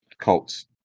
Colts